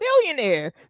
billionaire